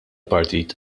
partit